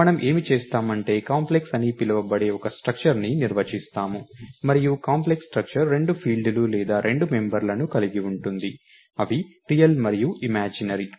మనం ఏమి చేస్తాం అంటే కాంప్లెక్స్ అని పిలువబడే ఒక స్ట్రక్టర్ ని నిర్వచిస్తాము మరియు కాంప్లెక్స్ స్ట్రక్టర్ రెండు ఫీల్డ్లు లేదా రెండు మెంబర్లను కలిగి ఉంటుంది అవి రియల్ మరియు ఇమాజినరీ